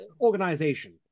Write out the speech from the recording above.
organization